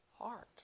heart